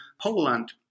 Poland